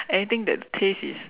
anything that taste is